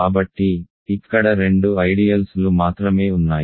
కాబట్టి ఇక్కడ రెండు ఐడియల్స్ లు మాత్రమే ఉన్నాయి